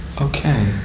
Okay